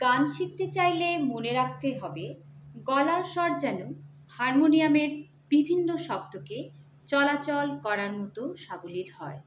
গান শিখতে চাইলে মনে রাখতে হবে গলার সর যেন হারমোনিয়ামের বিভিন্ন শব্দকে চলাচল করার মতো সাবলীল হয়